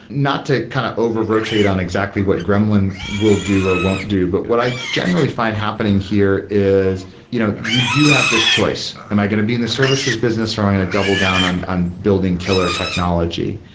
not to kind of over rotate on exactly what gremlin will do or won't do, but what i generally find happening here is you know you do have this choice, am i going to be in the services business or am i going to double down on on building killer technology?